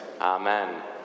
Amen